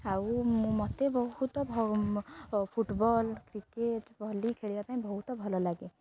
ଆଉ ମୋତେ ବହୁତ ଫୁଟବଲ କ୍ରିକେଟ ଭଲି ଖେଳିବା ପାଇଁ ବହୁତ ଭଲ ଲାଗେ